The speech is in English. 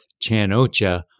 Chan-ocha